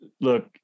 Look